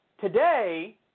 today